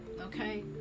okay